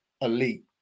elite